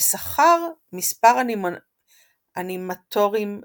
ושכר מספר אנימטורים נוספים.